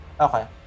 okay